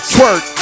Twerk